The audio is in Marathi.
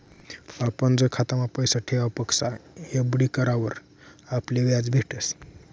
आपण जर खातामा पैसा ठेवापक्सा एफ.डी करावर आपले याज भेटस